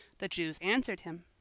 the jews answered him,